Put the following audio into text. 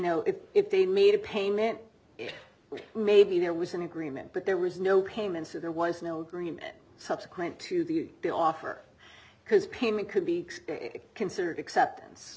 know if if they made a payment maybe there was an agreement but there was no payments or there was no agreement subsequent to the offer because payment could be considered acceptance